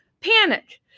panic